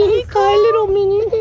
little minnie!